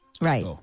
Right